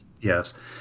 yes